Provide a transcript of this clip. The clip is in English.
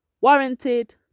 warranted